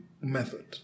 method